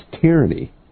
tyranny